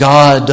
God